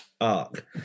arc